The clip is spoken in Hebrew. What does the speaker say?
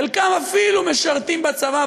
חלקם אפילו משרתים בצבא,